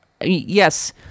Yes